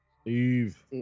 Steve